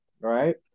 right